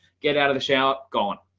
get out of the shower gone.